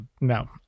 no